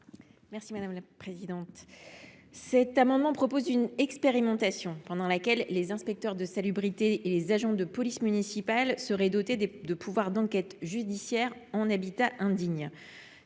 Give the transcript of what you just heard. Cet amendement vise à mettre en place une expérimentation, pendant laquelle les inspecteurs de salubrité et les agents de la police municipale seraient dotés des pouvoirs d’enquête judiciaire en habitat indigne.